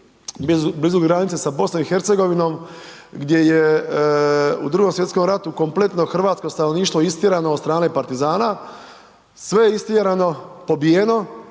blizu granice sa BiH gdje je u Drugom svjetskom ratu kompletno hrvatsko stanovništvo istjerano od strane partizana, sve je istjerano, pobijeno,